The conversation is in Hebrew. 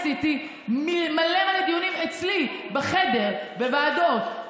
אני עשיתי מלא מלא דיונים אצלי בחדר, בוועדות,